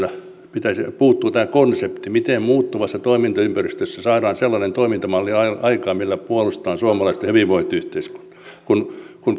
sdpltä puuttuu tämä konsepti miten muuttuvassa toimintaympäristössä saadaan sellainen toimintamalli aikaan millä puolustetaan suomalaista hyvinvointiyhteiskuntaa kun kun